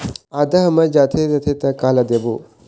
आदा हर मर जाथे रथे त काला देबो?